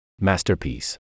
masterpiece